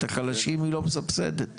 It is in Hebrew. את החלשים היא לא מסבסדת .